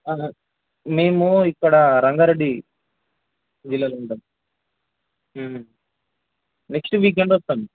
మేము ఇక్కడ రంగారెడ్డి జిల్లాలో ఉంటాం నెక్స్ట్ వీకెండ్ వస్తాం